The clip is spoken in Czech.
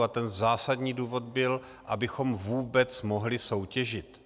A ten zásadní důvod byl, abychom vůbec mohli soutěžit.